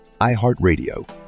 iHeartRadio